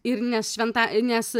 ir nes šventa nes